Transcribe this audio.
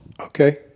Okay